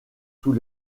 tous